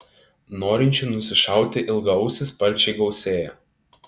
norinčių nusišauti ilgaausį sparčiai gausėja